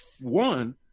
one